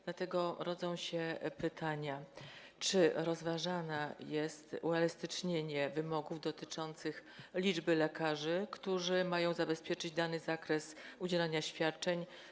Dlatego rodzą się pytania: Czy rozważane jest uelastycznienie wymogów dotyczących liczby lekarzy, którzy mają zabezpieczyć dany zakres udzielania świadczeń?